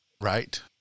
Right